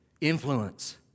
influence